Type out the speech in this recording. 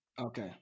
okay